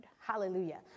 Hallelujah